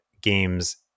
games